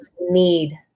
need